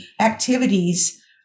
activities